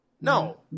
No